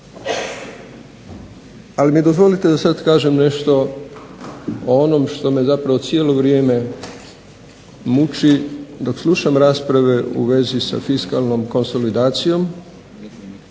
Ali mi dozvolite da sa kažem nešto o onom što me zapravo cijelo vrijeme muči dok slušam rasprave u vezi sa fiskalnom konsolidacijom,